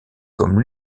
comme